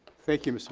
thank you.